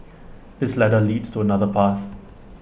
this ladder leads to another path